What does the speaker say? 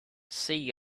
see